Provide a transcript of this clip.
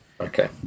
Okay